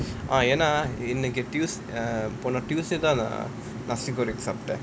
ஏனா போன:yaenaa pona tuesday தான்:thaan nasi goreng sometimes